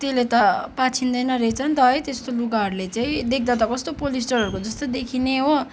त्यसले त पाछिँदैन रहेछ नि त है त्यस्तो लुगाहरूले चाहिँ देख्दा त कस्तो पोलिस्टरहरूको जस्तो देखिने हो